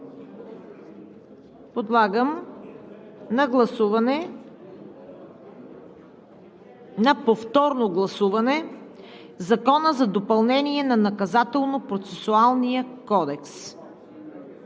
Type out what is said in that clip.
колеги, подлагам на повторно гласуване Закона за допълнение на Наказателно-процесуалния кодекс,